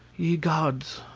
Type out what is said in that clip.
ye gods!